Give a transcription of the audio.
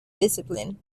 discipline